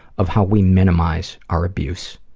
of how we minimize our abuse.